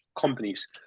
companies